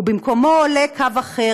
ובמקומו עולה קו אחר,